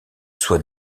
soit